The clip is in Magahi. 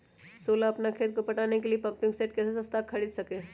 सोलह अपना खेत को पटाने के लिए पम्पिंग सेट कैसे सस्ता मे खरीद सके?